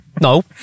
No